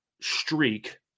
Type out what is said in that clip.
streak